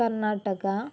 Karnataka